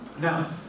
Now